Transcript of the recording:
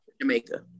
Jamaica